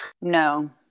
No